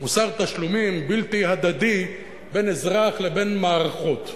מוסר תשלומים בלתי הדדי בין אזרח לבין מערכות.